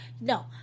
No